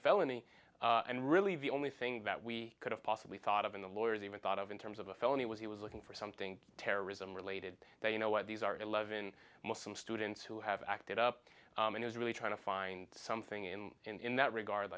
felony and really the only thing that we could have possibly thought of in the lawyers even thought of in terms of a felony was he was looking for something terrorism related that you know what these are eleven muslim students who have acted up and is really trying to find something in in that regard